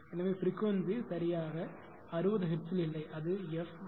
எனவே பிரிக்வன்சி சரியாக 60 ஹெர்ட்ஸில் இல்லை அது எஃப் 60 மைனஸ் 0